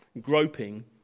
groping